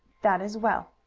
that is well.